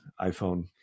iphone